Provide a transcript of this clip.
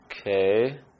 Okay